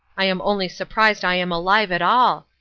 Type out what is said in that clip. i am only surprised i am alive at all!